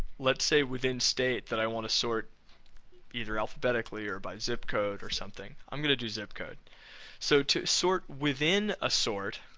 let's say within state that i want to sort either alphabetically or by zip code or something i'm going to do zip code so to sort within a sort,